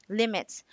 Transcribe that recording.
limits